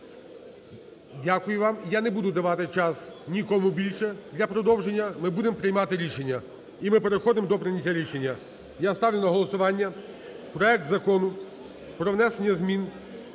Дякую вам. Я не буду давати час нікому більше для продовження, ми будемо приймати рішення. І ми переходимо до прийняття рішення. Я ставлю на голосування проект Закону про внесення змін